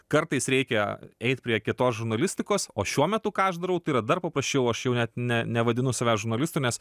kartais reikia eit prie kietos žurnalistikos o šiuo metu ką aš darau yra dar paprasčiau aš jau net ne nevadinu savęs žurnalistu nes